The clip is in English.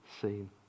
seen